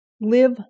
Live